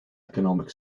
economic